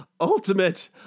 ultimate